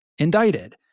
indicted